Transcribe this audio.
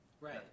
right